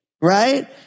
right